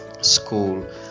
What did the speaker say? school